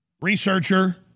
Researcher